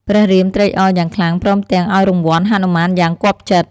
ព្រះរាមត្រេកអរយ៉ាងខ្លាំង ព្រមទាំងឱ្យរង្វាន់ហនុមានយ៉ាងគាប់ចិត្ត។